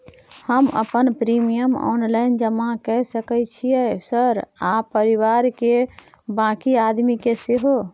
हम अपन premium online जमा के सके छियै सर आ परिवार के बाँकी आदमी के सेहो?